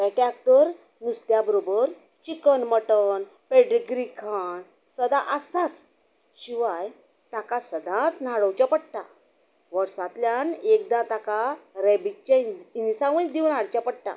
पेट्याक तर नुस्त्या बरोबर चिकन मटन पॅडिग्री खाण सदां आसताच शिवाय ताका सदांच न्हांडोवचें पडटा वर्सांतल्यान एकदां ताका रॅबिच्चें इन इनेसावूंय दिवन हाडचें पडटा